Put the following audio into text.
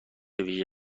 ویژه